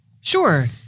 Sure